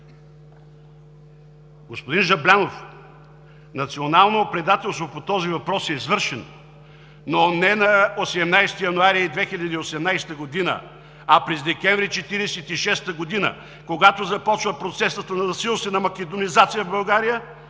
Господин Жаблянов, национално предателство по този въпрос е извършено, но не на 18 януари 2018 г., а през декември 1946 година, когато започва процесът на насилствена македонизация в България